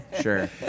Sure